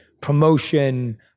promotion